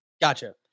Gotcha